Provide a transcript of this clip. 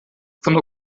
von